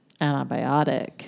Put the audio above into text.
antibiotic